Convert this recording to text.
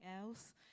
else